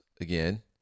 again